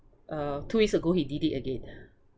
uh two weeks ago he did it again